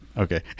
Okay